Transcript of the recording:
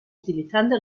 utilizando